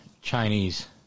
Chinese